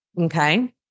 okay